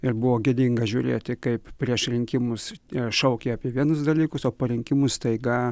ir buvo gėdinga žiūrėti kaip prieš rinkimus jie šaukė apie vienus dalykus o po rinkimų staiga